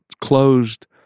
closed